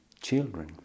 children